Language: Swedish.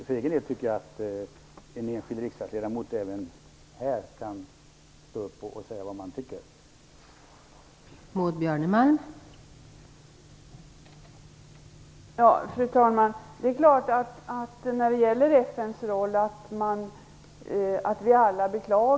För egen del tycker jag att en enskild riksdagsledamot även här kan stå upp och säga vad han eller hon tycker.